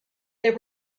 there